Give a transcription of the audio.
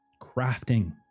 crafting